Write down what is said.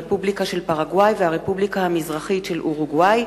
הרפובליקה של פרגוואי והרפובליקה המזרחית של אורוגוואי